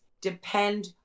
depend